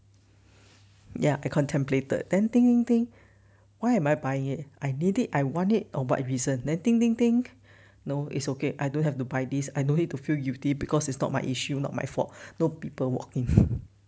ya I contemplated then think think think why am I buying it I need it I want it or what reason then think think think no it's okay I don't have to buy this I no need to feel guilty because it's not my issue not my fault no people walk in